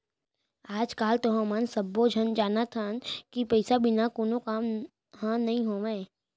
आज काल तो हमन सब्बो झन जानत हन कि पइसा बिना कोनो काम ह नइ होवय